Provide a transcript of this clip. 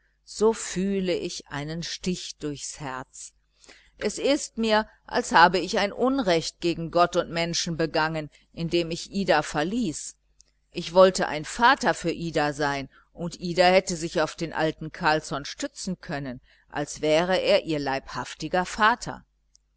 so fühle ich einen stich durchs herz es ist mir als habe ich ein unrecht gegen gott und menschen begangen indem ich ida verließ ich wollte ein vater für ida sein und ida hätte sich auf den alten carlsson stützen können als wäre er ihr leibhaftiger vater